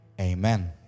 Amen